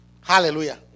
Hallelujah